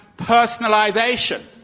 personalization,